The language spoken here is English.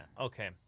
okay